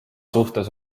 suhtes